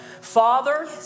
father